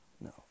No